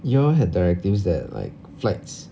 you all had directives that like flights